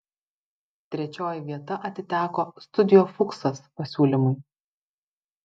trečioji vieta atiteko studio fuksas pasiūlymui